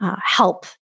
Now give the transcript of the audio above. help